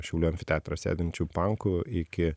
šiaulių amfiteatro sėdinčių pankų iki